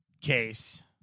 case